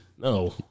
No